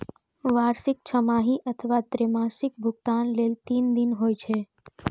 वार्षिक, छमाही अथवा त्रैमासिक भुगतान लेल तीस दिन होइ छै